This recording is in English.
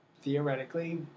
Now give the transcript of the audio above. theoretically